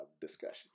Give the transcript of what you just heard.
discussion